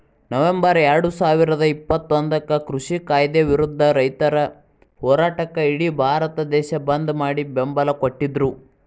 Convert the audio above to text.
November ಎರಡುಸಾವಿರದ ಇಪ್ಪತ್ತೊಂದಕ್ಕ ಕೃಷಿ ಕಾಯ್ದೆ ವಿರುದ್ಧ ರೈತರ ಹೋರಾಟಕ್ಕ ಇಡಿ ಭಾರತ ದೇಶ ಬಂದ್ ಮಾಡಿ ಬೆಂಬಲ ಕೊಟ್ಟಿದ್ರು